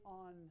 on